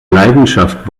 leidenschaft